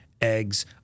eggs